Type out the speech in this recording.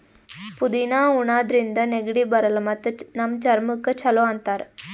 ಪುದಿನಾ ಉಣಾದ್ರಿನ್ದ ನೆಗಡಿ ಬರಲ್ಲ್ ಮತ್ತ್ ನಮ್ ಚರ್ಮಕ್ಕ್ ಛಲೋ ಅಂತಾರ್